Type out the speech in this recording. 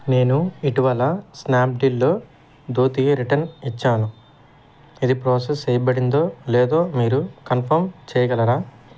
నేను ఇటీవల స్నాప్డీల్లో ధోతి రిటర్న్ ఇచ్చాను ఇది ప్రాసెస్ చెయ్యబడిందో లేదో మీరు కంఫర్మ్ చెయ్యగలరా